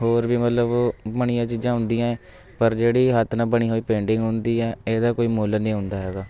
ਹੋਰ ਵੀ ਮਤਲਬ ਬਣੀਆਂ ਚੀਜ਼ਾਂ ਹੁੰਦੀਆਂ ਪਰ ਜਿਹੜੀ ਹੱਥ ਨਾਲ ਬਣੀ ਹੋਈ ਪੇਂਟਿੰਗ ਹੁੰਦੀ ਹੈ ਇਹਦਾ ਕੋਈ ਮੁੱਲ ਨਹੀਂ ਹੁੰਦਾ ਹੈਗਾ